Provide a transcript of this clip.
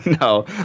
No